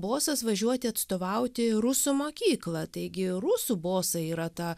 bosas važiuoti atstovauti rusų mokyklą taigi rusų bosai yra ta